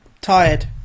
tired